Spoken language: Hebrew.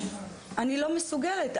אני לא מסוגלת.